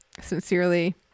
Sincerely